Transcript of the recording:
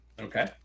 Okay